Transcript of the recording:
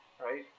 right